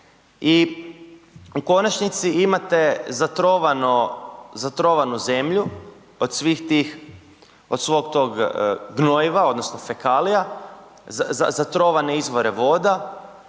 I u konačnici imate zatrovao, zatrovanu zemlju od svih tih, od svog tog gnojiva odnosno fekalija, zatrovane izvore voda,